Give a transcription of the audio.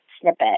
snippet